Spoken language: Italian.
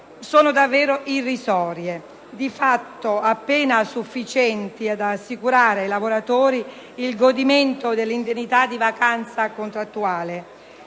sono davvero irrisorie, di fatto appena sufficienti ad assicurare ai lavoratori il godimento dell'indennità di vacanza contrattuale.